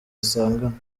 asanganwe